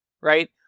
right